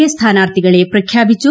A സ്ഥാനാർത്ഥികളെ പ്രഖ്യാപിച്ചു